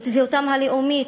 את זהותם הלאומית,